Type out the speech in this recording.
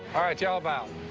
all right, y'all bow.